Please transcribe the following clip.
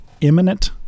imminent